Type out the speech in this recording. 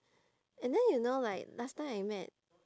and then you know like last time I met